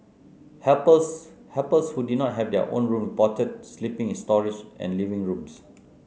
helpers helpers who did not have their own room reported sleeping in storage and living rooms